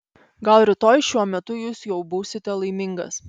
gal rytoj šiuo metu jūs jau būsite laimingas